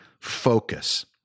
focus